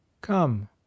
come